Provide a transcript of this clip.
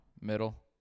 middle